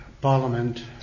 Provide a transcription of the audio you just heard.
Parliament